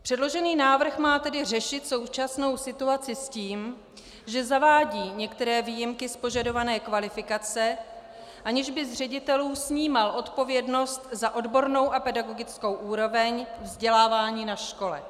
Předložený návrh má tedy řešit současnou situaci s tím, že zavádí některé výjimky z požadované kvalifikace, aniž by z ředitelů snímal odpovědnost za odbornou a pedagogickou úroveň vzdělávání na škole.